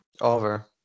Over